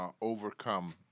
Overcome